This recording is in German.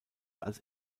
als